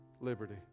liberty